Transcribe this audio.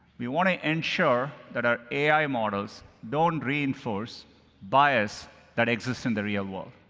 we want to ensure that our ai models don't reinforce bias that exists in the real world.